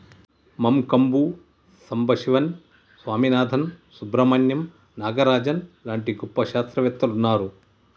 మంకంబు సంబశివన్ స్వామినాధన్, సుబ్రమణ్యం నాగరాజన్ లాంటి గొప్ప శాస్త్రవేత్తలు వున్నారు